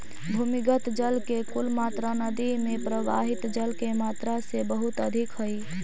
भूमिगत जल के कुल मात्रा नदि में प्रवाहित जल के मात्रा से बहुत अधिक हई